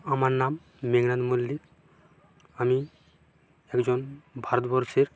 আমার নাম মেঘনাদ মল্লিক আমি একজন ভারতবর্ষের